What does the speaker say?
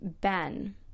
Ben